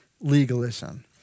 legalism